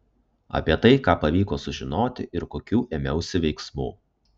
apie tai ką pavyko sužinoti ir kokių ėmiausi veiksmų